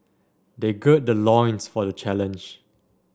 they gird their loins for the challenge